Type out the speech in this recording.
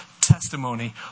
testimony